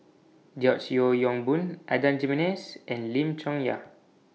George Yeo Yong Boon Adan Jimenez and Lim Chong Yah